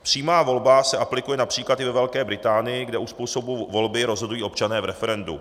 Přímá volba se aplikuje například i ve Velké Británii, kde o způsobu volby rozhodují občané v referendu.